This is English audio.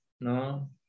no